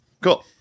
Cool